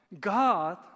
God